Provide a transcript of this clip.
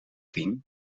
riem